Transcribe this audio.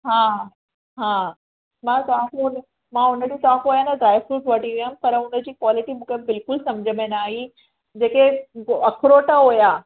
हा हा मां तव्हां खों मां उन ॾींहं तव्हां खों ड्राइ फ्रूट्स वठी वई हुयमि पर उन्हनि जी क्वालिटी मूंखे बिल्कुल सम्झ में न आई जेके अखरोट हुया